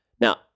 Now